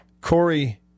Corey